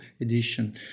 edition